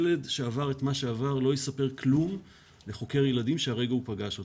ילד שעבר את מה שעבר לא יספר כלום לחוקר ילדים שהרגע הוא פגש אותו,